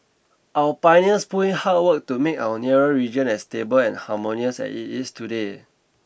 our pioneers put in hard work to make our nearer region as stable and harmonious as it is today